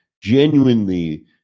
genuinely